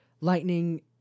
lightning